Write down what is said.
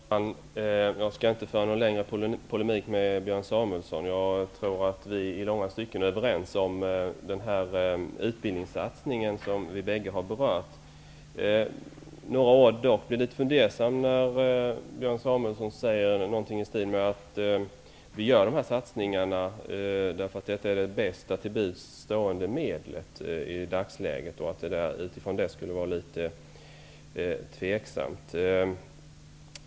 Herr talman! Jag skall inte föra någon längre polemik med Björn Samuelson. Jag tror att vi i långa stycken är överens om den utbildningssatsning som vi bägge har berört. Jag blir dock litet fundersam när Björn Samuelson säger: Vi gör dessa satsningar därför att de utgör det bästa till buds stående medlet i dagsläget. Det skulle alltså vara litet tveksamt.